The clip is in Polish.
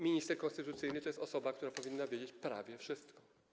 Minister konstytucyjny to jest osoba, która powinna wiedzieć prawie wszystko.